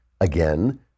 again